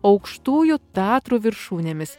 aukštųjų tatrų viršūnėmis